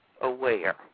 aware